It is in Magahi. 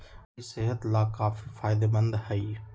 मूरी सेहत लाकाफी फायदेमंद हई